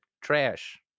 trash